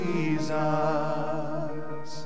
Jesus